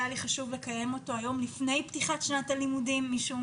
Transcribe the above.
והיה לי חשוב לקיים אותו היום לפני פתיחת שנת הלימודים משום